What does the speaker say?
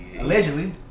Allegedly